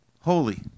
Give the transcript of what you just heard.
Holy